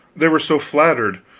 they were so flattered,